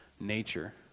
nature